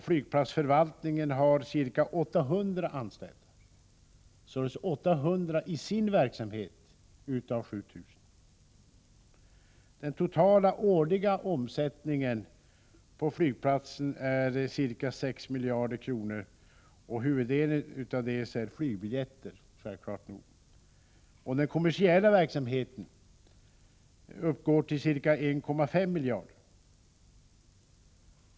Flygplatsförvaltningen har ca 800 anställda i sin verksamhet — alltså 800 av 7 000. Den totala årliga omsättningen på flygplatsen är ca 6 miljarder kronor, och huvuddelen avser, naturligt nog, flygbiljetter. Den kommersiella verksamheten uppgår till ca 1,5 miljarder.